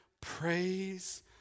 Praise